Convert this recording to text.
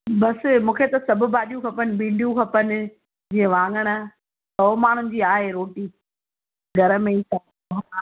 बसि मूंखे त सभु भाॼियूं खपनि भिंडियूं खपनि जीअं वांङण सौ माण्हुनि जी आहे रोटी घर में ई सभु हा